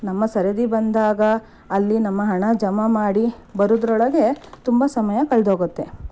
ನಮ್ಮ ಸರದಿ ಬಂದಾಗ ಅಲ್ಲಿ ನಮ್ಮ ಹಣ ಜಮಾ ಮಾಡಿ ಬರೋದ್ರೊಳಗೆ ತುಂಬ ಸಮಯ ಕಳೆದೋಗುತ್ತೆ